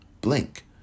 Blink